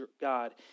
god